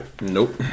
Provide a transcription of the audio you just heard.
Nope